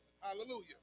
Hallelujah